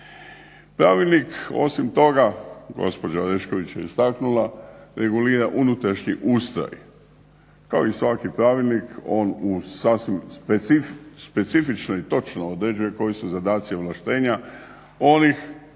Pravilnik osim toga gospođa Orešković je istaknula regulira unutrašnji ustroj. Kao i svaki Pravilnik on u sasvim specifično i točno određuje koji su zadaci ovlaštenja onih koji